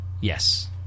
Yes